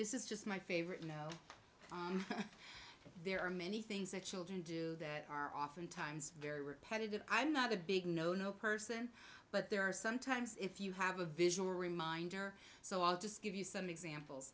this is just my favorite you know there are many things that children do that are oftentimes very repetitive i'm not a big person but there are sometimes if you have a visual reminder so i'll just give you some examples